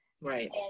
Right